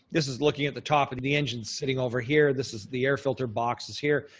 this is looking at the top of the engine sitting over here. this is the air filter boxes here.